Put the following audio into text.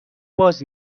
باز